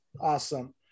Awesome